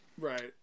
Right